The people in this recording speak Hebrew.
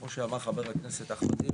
כמו שאמר חבר הכנסת טיבי.